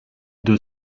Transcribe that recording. deux